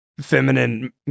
feminine